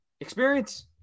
experience